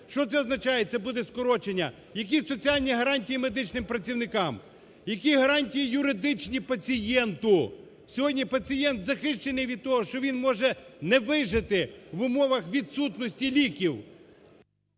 Що це означає? Це буде скорочення. Які соціальні гарантії медичним працівникам? Які гарантії юридичні пацієнту? Сьогодні пацієнт захищений від того, що він може не вижити в умовах відсутності ліків.